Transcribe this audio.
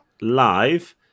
live